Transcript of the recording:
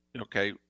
Okay